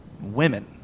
women